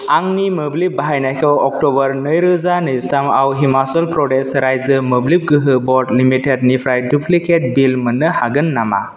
आंनि मोब्लिब बाहायनायखौ अक्ट'बर नैरोजा नैजिथामाव हिमाचल प्रदेश रायजो मोब्लिब गोहो बर्ड लिमिटेडनिफ्राय दुप्लिकेट बिल मोननो हागोन नामा